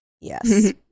Yes